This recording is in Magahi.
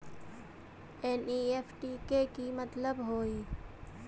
एन.ई.एफ.टी के कि मतलब होइ?